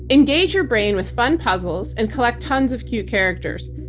engage your brain with fun puzzles and collect tons of cute characters.